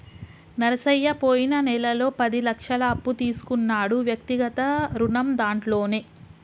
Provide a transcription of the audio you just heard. నరసయ్య పోయిన నెలలో పది లక్షల అప్పు తీసుకున్నాడు వ్యక్తిగత రుణం దాంట్లోనే